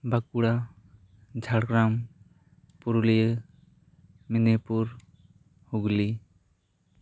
Bankura Jhargram Purulia Medinipur Hooghly